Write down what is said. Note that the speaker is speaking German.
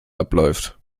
abläuft